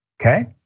Okay